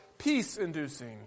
Peace-inducing